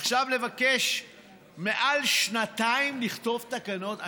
עכשיו לבקש מעל שנתיים לכתוב תקנות?